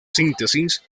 síntesis